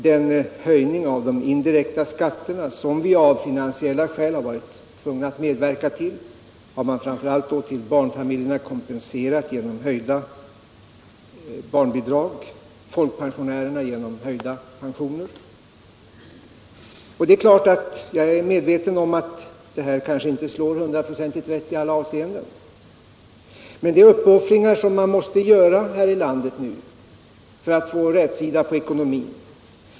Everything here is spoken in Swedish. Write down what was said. Den höjning av de indirekta skatterna som vi av finansiella skäl varit tvungna att medverka till har man i fråga om barnfamiljerna kompenserat genom höjda barnbidrag och i fråga om folkpensionärerna genom höjda pensioner. Det är klart att jag är medveten om att detta kanske inte slår hundraprocentigt rätt i alla avseenden. Men det är uppoffringar som man nu måste göra här i landet för att få rätsida på ekonomin.